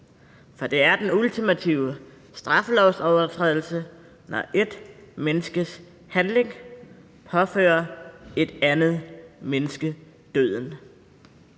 for det er den ultimative straffelovsovertrædelse, når ét menneskes handling påfører et andet menneske døden.